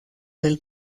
del